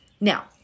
Now